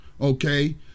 okay